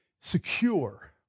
secure